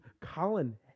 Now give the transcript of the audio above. Colin